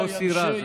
מוסי רז,